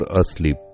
asleep